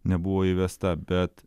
nebuvo įvesta bet